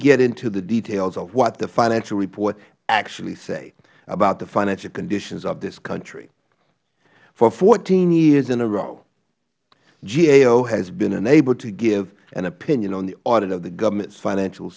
get into the details of what the financial reports actually say about the financial conditions of this country for fourteen years in a row gao has been unable to give an opinion on the audit of the government's financial